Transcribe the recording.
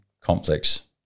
complex